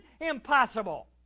impossible